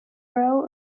row